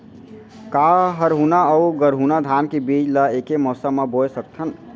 का हरहुना अऊ गरहुना धान के बीज ला ऐके मौसम मा बोए सकथन?